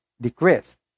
decreased